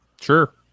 Sure